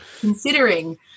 considering